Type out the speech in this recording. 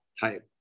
type